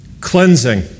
Cleansing